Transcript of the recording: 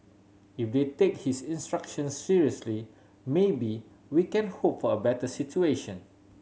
if they take his instructions seriously maybe we can hope for a better situation